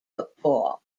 football